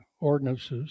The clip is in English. ordinances